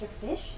Fish